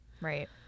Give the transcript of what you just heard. Right